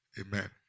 Amen